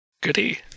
Goody